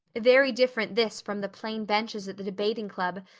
very different this from the plain benches at the debating club,